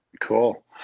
Cool